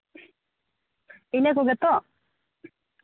ᱤᱱᱟᱹ ᱠᱚᱜᱮ ᱛᱚ